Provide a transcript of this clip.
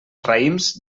raïms